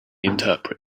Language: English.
interpret